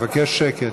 הוא מבקש שקט.